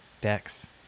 decks